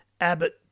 Abbott